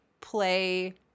play